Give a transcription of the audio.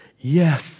yes